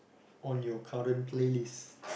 on your current playlist